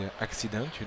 accident